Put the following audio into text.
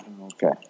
Okay